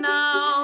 now